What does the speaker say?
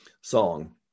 song